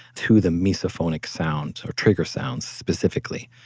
to the misophonic sound, or trigger sounds specifically.